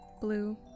blue